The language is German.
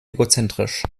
egozentrisch